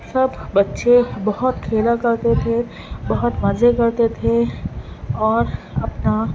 سب بچے بہت کھیلا کرتے تھے بہت مزے کرتے تھے اور اپنا